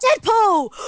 Deadpool